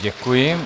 Děkuji.